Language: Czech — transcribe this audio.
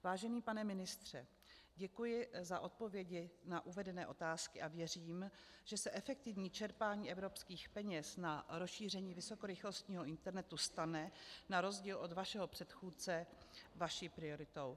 Vážený pane ministře, děkuji za odpovědi na uvedené otázky a věřím, že se efektivní čerpání evropských peněz na rozšíření vysokorychlostního internetu stane, na rozdíl od vašeho předchůdce, vaší prioritou.